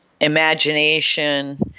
imagination